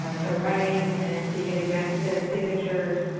ah to writing, and to getting necessary signatures.